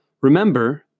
Remember